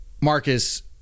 Marcus